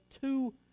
two